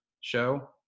show